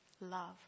love